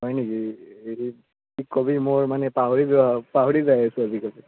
হয় নেকি হেৰি কবি মোৰ মানে পাহৰি পাহৰি যায় আছোঁ আজিকালি